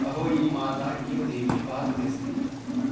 अहोयी माता एव देवी पर्वति अस्ति